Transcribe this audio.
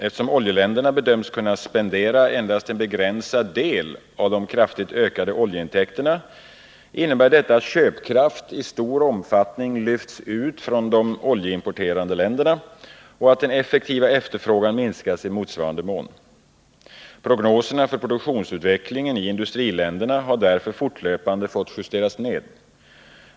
Eftersom oljeländerna bedöms kunna spendera endast en begränsad del av de kraftigt ökade oljeintäkterna innebär detta att köpkraft i stor omfattning lyfts ut från de oljeimporterande länderna och att den effektiva efterfrågan minskas i motsvarande mån. Prognoserna för produktionsutvecklingen i industriländerna har därför fortlöpande fått justeras ned.